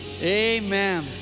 Amen